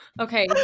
Okay